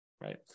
right